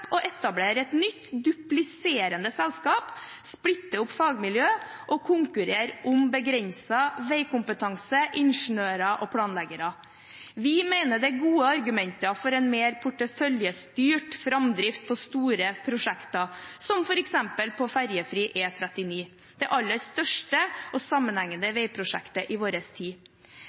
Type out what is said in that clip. å etablere et nytt, dupliserende selskap, splitte opp fagmiljø og konkurrere om begrenset veikompetanse, ingeniører og planleggere. Vi mener det er gode argumenter for en mer porteføljestyrt framdrift på store prosjekter, som f.eks. på ferjefri E39, det aller største og sammenhengende veiprosjektet i vår tid.